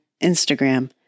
Instagram